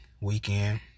weekend